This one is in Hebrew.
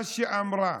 מה שאמרה